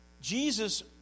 Jesus